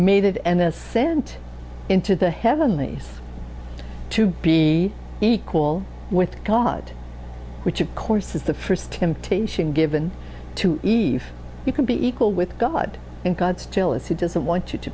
made and they're sent into the heavenly to be equal with god which of course is the first temptation given to eve you can be equal with god and god still if he doesn't want you to